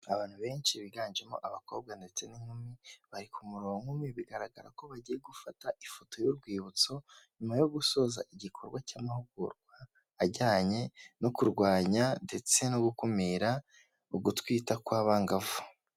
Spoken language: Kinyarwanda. Abantu benshi biganjemo abakobwa ndetse n'inkumi, bari ku murongo umwe, bigaragara ko bagiye gufata ifoto y'urwibutso nyuma yo gusoza igikorwa cy'amahugurwa ajyanye no kurwanya ndetse no gukumira ugutwita kw'abangavu.